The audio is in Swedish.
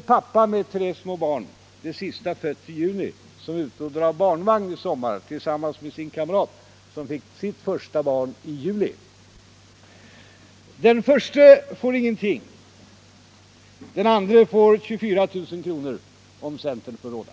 pappa med tre små barn, det sista fött i juni, som är ute och drar barnvagn i sommar med sin kamrat vars första barn föddes i juli. Den förste får ingenting, den andre får 24000 kr., om centern fick råda.